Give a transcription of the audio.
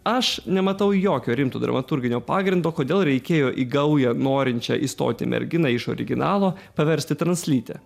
aš nematau jokio rimto dramaturginio pagrindo kodėl reikėjo į gaują norinčią įstoti merginą iš originalo paversti translyte